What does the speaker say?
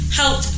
help